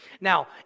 Now